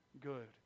good